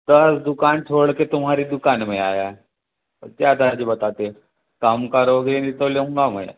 दस दुकान छोड़ के तुम्हारी दुकान में आया ज़्यादा जो बताते कम करोगे तो लूँगा मैं